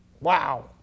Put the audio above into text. Wow